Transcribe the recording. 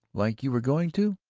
like you were going to?